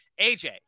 AJ